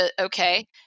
okay